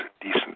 decent